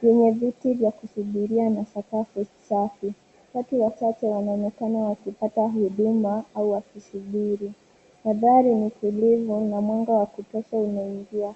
Kuna viti vya kusubiria na sakafu safi. Watu wachache wanaonekana wakipata huduma au wakisubiri. Mandhari ni tulivu, na mwanga wa kutosha unaingia.